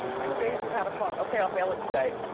um two days without a phone. okay, i'll mail it today.